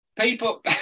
People